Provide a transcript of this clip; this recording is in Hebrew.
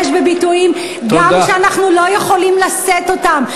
בביטויים גם כשאנחנו לא יכולים לשאת אותם,